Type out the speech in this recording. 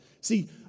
See